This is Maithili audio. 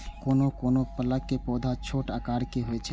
कोनो कोनो फलक पौधा छोट आकार के होइ छै